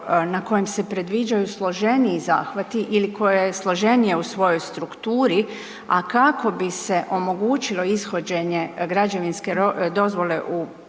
na kojem se predviđaju složeniji zahvati ili koje je složenije u svojoj strukturi, a kako bi se omogućilo ishođenje građevinske dozvole u